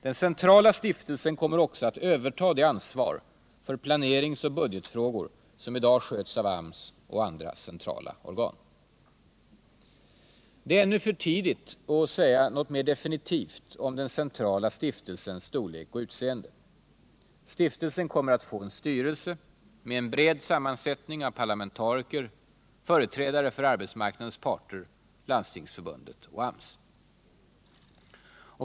Den centrala stiftelsen kommer också att överta det ansvar för planeringsoch budgetfrågor som i dag sköts av AMS och andra centrala organ. Det är ännu för tidigt att säga något mer definitivt om den centrala stiftelsens storlek och utseende. Stiftelsen kommer att få en styrelse med en bred sammansättning av parlamentariker, företrädare för arbetsmarknadens parter, Landstingsförbundet och AMS.